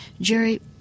Jerry